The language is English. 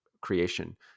creation